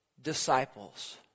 disciples